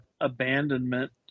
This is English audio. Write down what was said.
abandonment